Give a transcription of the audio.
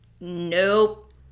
nope